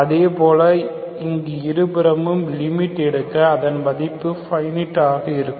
அதே போல இங்கு இருபுறமும் லிமிட் எடுக்க அதன் மதிப்பு பைனிட்ஆக இருக்கும்